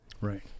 right